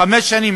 חמש שנים,